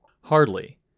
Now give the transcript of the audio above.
Hardly